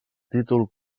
títol